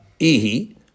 Ihi